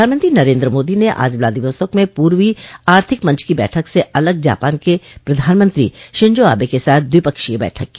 प्रधानमंत्री नरेन्द्र मोदी ने आज व्लादिवोस्तोक में पूर्वी आर्थिक मंच की बैठक से अलग जापान के प्रधानमंत्री शिंजो आबे के साथ द्विपक्षीय बैठक की